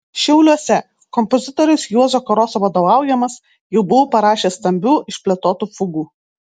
šiauliuose kompozitoriaus juozo karoso vadovaujamas jau buvau parašęs stambių išplėtotų fugų